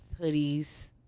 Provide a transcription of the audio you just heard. hoodies